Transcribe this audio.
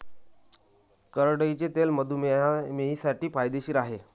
करडईचे तेल मधुमेहींसाठी फायदेशीर आहे